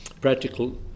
practical